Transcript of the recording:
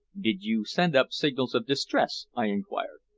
didn't you send up signals of distress? i inquired.